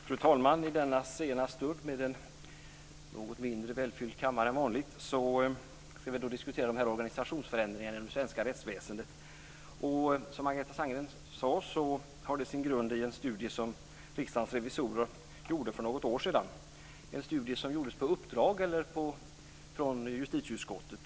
Fru talman! I denna sena stund med en något mindre välfylld kammare än vanligt ska vi diskutera organisationsförändringar i det svenska rättsväsendet. Som Margareta Sandgren sade har dessa sin grund i en studie som Riksdagens revisorer gjorde för något år sedan. Det var en studie som utfördes på uppdrag från justitieutskottet.